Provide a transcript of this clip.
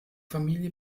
familie